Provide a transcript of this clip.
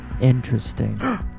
Interesting